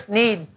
need